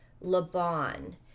Laban